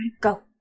go